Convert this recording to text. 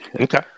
Okay